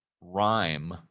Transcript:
rhyme